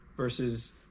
versus